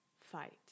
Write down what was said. fight